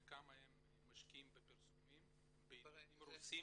כמה הם משקיעים בפרסומים בעיתונים הרוסיים.